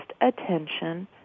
attention